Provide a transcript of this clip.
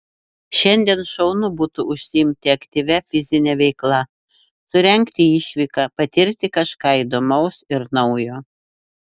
šiandien šaunu būtų užsiimti aktyvia fizine veikla surengti išvyką patirti kažką įdomaus ir naujo